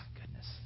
goodness